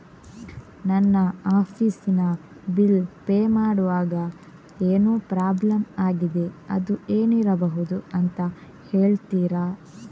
ನನ್ನ ಆಫೀಸ್ ನ bill pay ಮಾಡ್ವಾಗ ಏನೋ ಪ್ರಾಬ್ಲಮ್ ಆಗಿದೆ ಅದು ಏನಿರಬಹುದು ಅಂತ ಹೇಳ್ತೀರಾ?